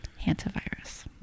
hantavirus